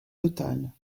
totale